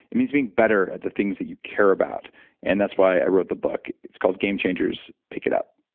it means being better at the things that you care about and that's why i wrote the book it's called game changers. pick it up